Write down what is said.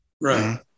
Right